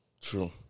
True